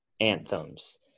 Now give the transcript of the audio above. anthems